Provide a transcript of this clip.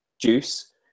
juice